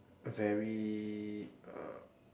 very uh